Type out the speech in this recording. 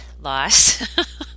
loss